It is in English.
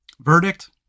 verdict